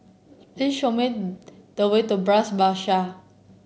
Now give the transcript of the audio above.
please show me the way to Bras Basah